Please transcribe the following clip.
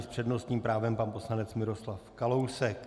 S přednostním právem pan poslanec Miroslav Kalousek.